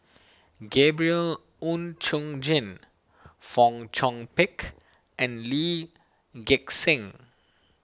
Gabriel Oon Chong Jin Fong Chong Pik and Lee Gek Seng